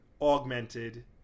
augmented